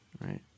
Right